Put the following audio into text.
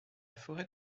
forêt